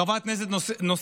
חברת כנסת נוספת